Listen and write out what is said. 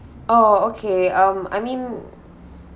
oh okay um I mean